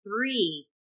three